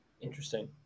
Interesting